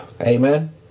Amen